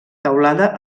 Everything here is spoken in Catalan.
teulada